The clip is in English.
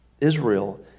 Israel